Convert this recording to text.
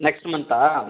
next மன்த்தா